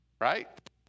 Right